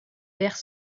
vers